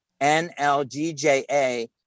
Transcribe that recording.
NLGJA